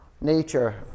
nature